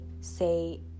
say